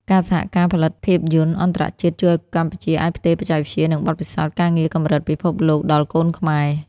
ការសហការផលិតភាពយន្តអន្តរជាតិជួយឱ្យកម្ពុជាអាចផ្ទេរបច្ចេកវិទ្យា និងបទពិសោធន៍ការងារកម្រិតពិភពលោកដល់កូនខ្មែរ។